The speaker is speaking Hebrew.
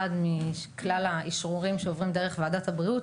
מכלל האשרורים שעוברים דרך ועדת הבריאות,